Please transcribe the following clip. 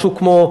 משהו כמו: